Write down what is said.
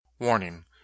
Warning